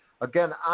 again